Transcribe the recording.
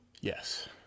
Yes